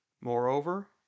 Moreover